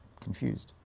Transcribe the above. confused